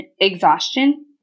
exhaustion